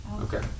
Okay